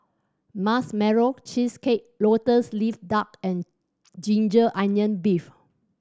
Marshmallow Cheesecake Lotus Leaf Duck and ginger onion beef